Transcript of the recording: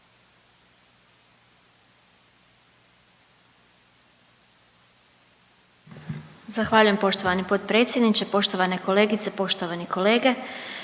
Zahvaljujem poštovani potpredsjedniče, poštovana kolegice. Danas se